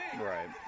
right